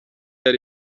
yari